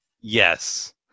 yes